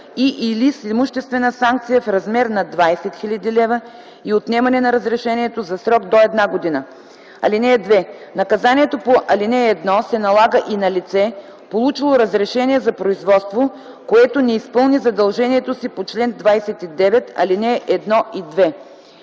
и/или с имуществена санкция в размер на 20 000 лв. и отнемане на разрешението за срок до една година. (2) Наказанието по ал. 1 се налага и на лице, получило разрешение за производство, което не изпълни задължението си по чл. 29, ал. 1 и 2.